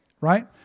right